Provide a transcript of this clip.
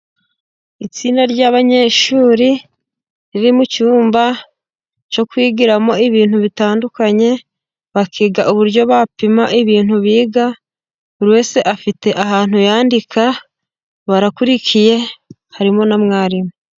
Itsinda ry'abanyeshuri riri mu cyumba cyo kwigiramo ibintu bitandukanye, bakiga uburyo bapima ibintu biga. Buri wese afite ahantu yandika barakurikiye, harimo na mwarimu.